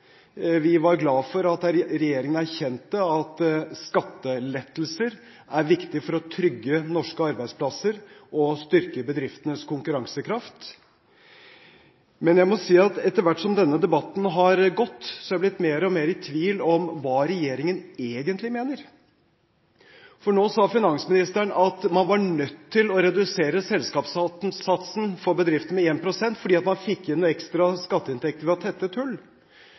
Vi var glade for at regjeringen erkjente at skattelettelser er viktig for å trygge norske arbeidsplasser og styrke bedriftenes konkurransekraft. Men etter hvert som denne debatten har gått, er jeg blitt mer og mer i tvil om hva regjeringen egentlig mener, for nå sa finansministeren at man var nødt til å redusere selskapssatsen for bedrifter med 1 pst. fordi man fikk inn noen ekstra skatteinntekter ved å tette et hull.